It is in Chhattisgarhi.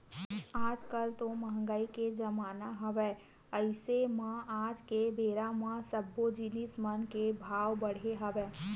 आज कल तो मंहगाई के जमाना हवय अइसे म आज के बेरा म सब्बो जिनिस मन के भाव बड़हे हवय